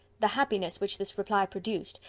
the happiness which this reply produced,